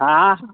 हा